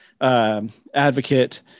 advocate